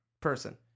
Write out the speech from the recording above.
Person